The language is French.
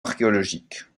archéologique